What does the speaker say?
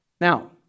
Now